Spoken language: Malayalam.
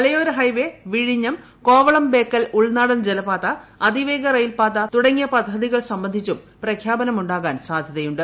മലയോര ഹൈവേ വിഴിഞ്ഞം കോവളം ബേക്കൽ ഉൾനാടൻ ജലപാത അതിവേഗ റെയിൽപാത ക്രികൂടങ്ങിയവ പദ്ധതികൾ സംബന്ധിച്ചും പ്രഖ്യാപനമുണ്ടാകാൻ സ്സാധൃതയുണ്ട്